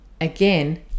Again